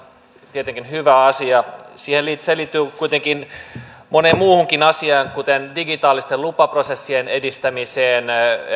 tietenkin hyvä asia se liittyy kuitenkin moneen muuhunkin asiaan kuten digitaalisten lupaprosessien edistämiseen